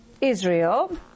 Israel